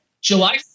July